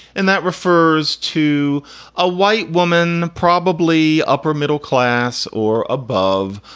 and that refers to a white woman, probably upper middle class or above,